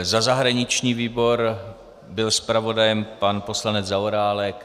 Za zahraniční výbor byl zpravodajem pan poslanec Zaorálek.